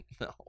No